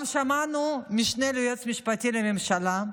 גם שמענו את המשנה ליועץ המשפטי לממשלה.